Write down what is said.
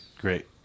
Great